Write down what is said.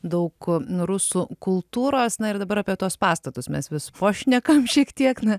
daug rusų kultūros na ir dabar apie tuos pastatus mes vis pašnekam šiek tiek na